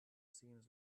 seems